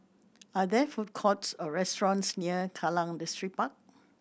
are there food courts or restaurants near Kallang Distripark